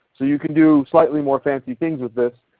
so you can do slightly more fancy things with this.